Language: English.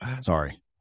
Sorry